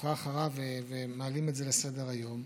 והחרה אחריו, ומעלים את זה לסדר-היום.